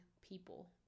people